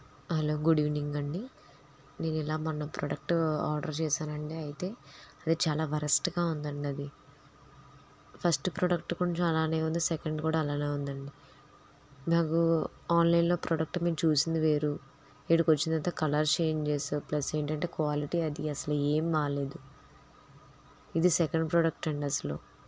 hello good evening అండి నేను ఇలా మొన్న ప్రోడక్ట్ ఆర్డర్ చేశానండి అయితే అది చాలా వరస్ట్గా ఉందండి అది ఫస్ట్ ప్రోడక్ట్ కొంచెం అలానే ఉంది సెకండ్ కూడా అలానే ఉందండి నాకు ఆన్లైన్లో ప్రోడక్ట్ మేం చూసింది వేరు ఇక్కడకి వచ్చిన తర్వాత కలర్ చేంజ్ చేశారు ప్లస్ ఏంటంటే క్వాలిటీ అది అసలు ఏం బాగాలేదు ఇది సెకండ్ ప్రోడక్ట్ అండి అసలు